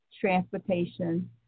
transportation